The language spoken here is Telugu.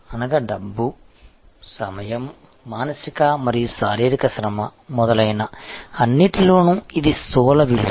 అనగా డబ్బు సమయం మానసిక మరియు శారీరక శ్రమ మొదలైన అన్నిటిలోనూ ఇది స్థూల విలువ